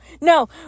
no